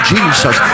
Jesus